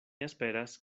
esperas